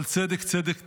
אבל "צדק צדק תרדוף".